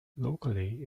locally